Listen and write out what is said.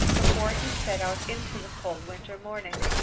before he set out into the cold winter morning.